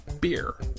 beer